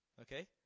okay